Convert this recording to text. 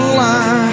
line